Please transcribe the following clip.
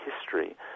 history